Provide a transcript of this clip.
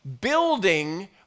building